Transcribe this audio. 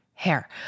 hair